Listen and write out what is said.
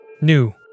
new